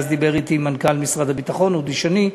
ואז דיבר אתי מנכ"ל משרד הביטחון דאז אודי שני,